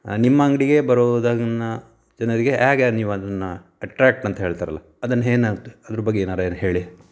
ನಿಮ್ಮ ಅಂಗಡಿಗೇ ಬರುವುದನ್ನಾ ಜನರಿಗೆ ಹೇಗೆ ನೀವು ಅದನ್ನಾ ಅಟ್ರ್ಯಾಕ್ಟ್ ಅಂತ ಹೇಳ್ತರಲ್ಲಾ ಅದನ್ನು ಏನಾಯ್ತು ಅದ್ರ ಬಗ್ಗೆ ಏನಾದ್ರು ಏನು ಹೇಳಿ